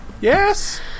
Yes